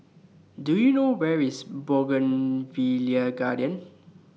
Do YOU know Where IS Bougainvillea Garden